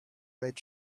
red